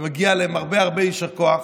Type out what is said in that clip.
ומגיע להם הרבה הרבה יישר כוח.